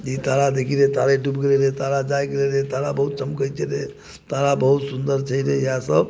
तारा देखी रे तारे डुबि गेलै रे तारा जागि गयो रे तारा बहुत चमकै छलै तारा बहुत सुन्दर छै रे इएह सब